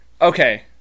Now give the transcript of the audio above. Okay